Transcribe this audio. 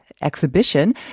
Exhibition